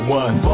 one